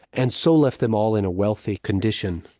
and so left them all in a wealthy condition.